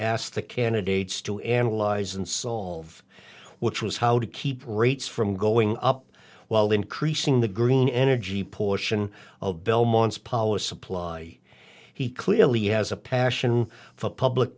asked the candidates to analyze and solve which was how to keep rates from going up while increasing the green energy portion of belmont's power supply he clearly has a passion for public